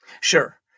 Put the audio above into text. Sure